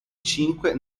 cinque